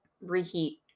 Reheat